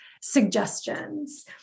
suggestions